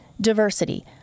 Diversity